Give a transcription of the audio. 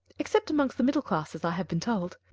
except amongst the middle classes, i have been told.